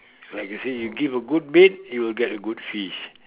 like you see you give a good bait you will get a good fish